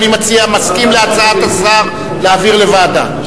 אדוני המציע מסכים להצעת השר להעביר לוועדה?